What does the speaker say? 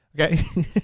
okay